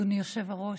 אדוני היושב-ראש,